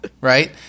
right